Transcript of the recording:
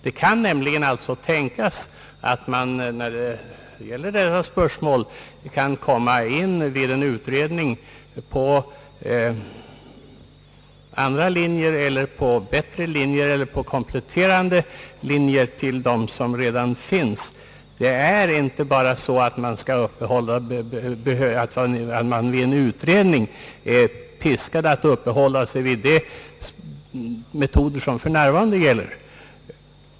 Det kan nämligen tänkas att man vid en utredning i detta spörsmål kan komma in på andra och bättre linjer eller på linjer kompletterande dem som redan finns. Vid en speciell utredning är man inte piskad att uppehålla sig vid enbart de metoder, som för närvarande tillämpas.